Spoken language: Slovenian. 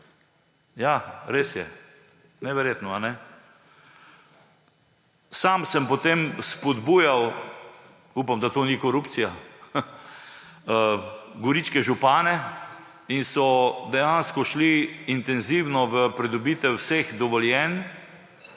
Ja, res je. Neverjetno, a ne? Sam sem potem spodbujal ‒ upam, da to ni korupcija ‒ goričke župane in so dejansko šli intenzivno v pridobitev vseh dovoljenj,